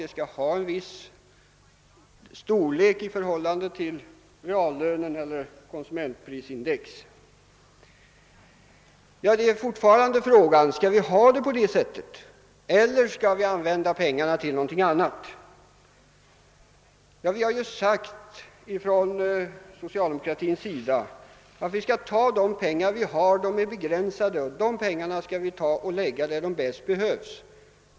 Det skall ha en viss storlek i förhållande till reallönen eller konsumentprisindex. Men frågan är fortfarande: Skall vi ha det på det sättet eller skall vi använda pengarna till något annat? Vi har hävdat från socialdemokratins sida att vi bör med de begränsade resurser vi har lägga pengarna där de bäst behövs.